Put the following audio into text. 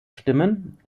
stimmen